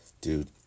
Dude